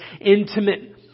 intimate